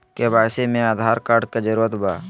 KYC में Aadhaar card के जरूरत बा?